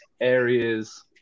areas